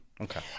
Okay